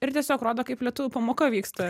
ir tiesiog rodo kaip lietuvių pamoka vyksta